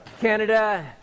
Canada